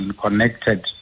connected